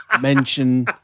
mention